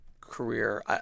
career